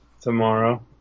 tomorrow